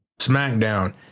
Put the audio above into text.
SmackDown